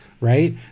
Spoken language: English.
right